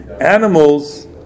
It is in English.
animals